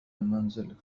المنزل